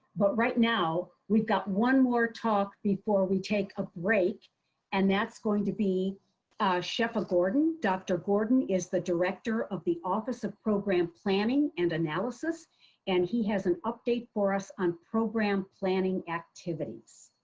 but right now, we've got one more talk before we take a break and that's going to be shefa gordon, dr. gordon is the director of the office of program planning and analysis and he has an update for us on program planning activities.